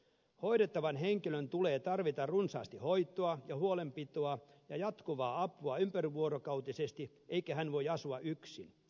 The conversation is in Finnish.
hoidettavan henkilön tulee tarvita runsaasti hoitoa ja huolenpitoa ja jatkuvaa apua ympärivuorokautisesti eikä hän voi asua yksin